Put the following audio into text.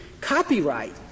copyright